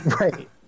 Right